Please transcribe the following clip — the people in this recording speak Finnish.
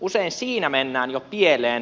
usein siinä mennään jo pieleen